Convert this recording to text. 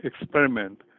experiment